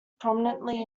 prominently